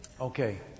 Okay